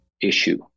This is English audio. issue